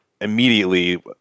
immediately